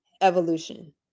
evolution